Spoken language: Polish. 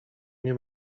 nie